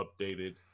updated